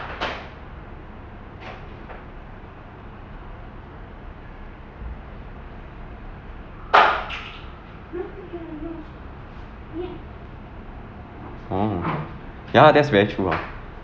mm ya that's very true ah